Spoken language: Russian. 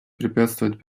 препятствовать